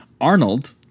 Arnold